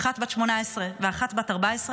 האחת בת 18 והשנייה בת 14,